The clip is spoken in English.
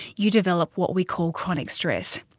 you develop what we call chronic stress.